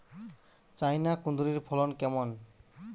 China কুঁদরীর ফলন কেমন?